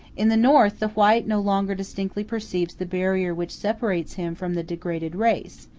in the north the white no longer distinctly perceives the barrier which separates him from the degraded race,